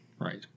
Right